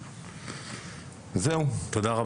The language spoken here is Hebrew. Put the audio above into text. תודה.